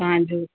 तव्हांजो